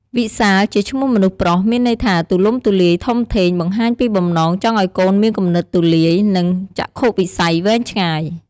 វិសាលជាឈ្មោះមនុស្សប្រុស មានន័យថាទូលំទូលាយ ធំធេង បង្ហាញពីបំណងចង់ឱ្យកូនមានគំនិតទូលាយ និង ចក្ខុវិស័យវែងឆ្ងាយ។